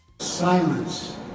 Silence